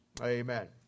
Amen